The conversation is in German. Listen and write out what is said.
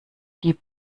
die